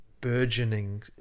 burgeoning